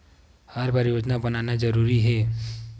हर बार योजना बनाना जरूरी है?